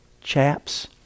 chaps